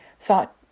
thought